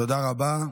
תודה רבה.